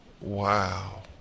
Wow